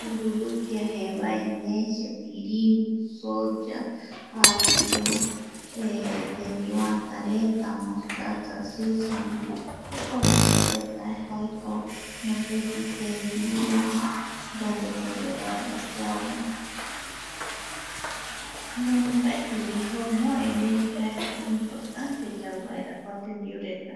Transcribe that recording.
Ururupia, jevae, nese, tiringu, soya, apio, tembiu ätäreta, mostaza sesamo jokua jokuareta jaeko mopeti tembiu yandepuerevaera yau amogue mbaetivi jou no erei importanteko yauvaera kua tembiureta.